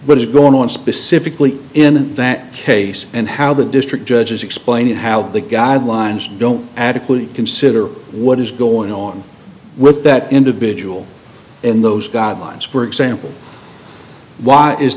what is going on specifically in that case and how the district judges explain how the guidelines don't adequately consider what is going on with that individual and those guidelines for example why is